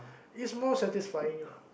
it's more satisfying lah